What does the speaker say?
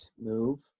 move